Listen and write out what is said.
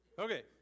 Okay